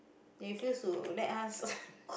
they refuse to let us